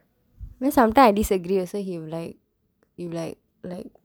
because sometimes I disagree also he'll be like he'll be like